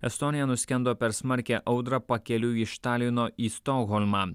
estonia nuskendo per smarkią audrą pakeliui iš talino į stokholmą